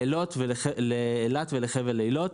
לאילת ולחבל אילות.